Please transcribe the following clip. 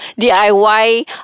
DIY